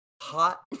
Hot